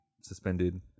suspended